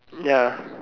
ya